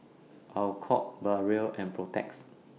Alcott Barrel and Protex